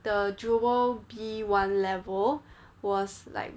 the jewel B one level was like